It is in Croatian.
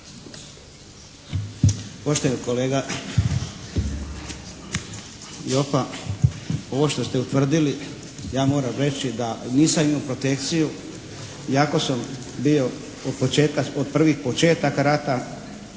Poštovani kolega Jopa, ovo što ste utvrdili ja moram reći da nisam imao protekciju iako sam bio od početka,